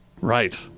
Right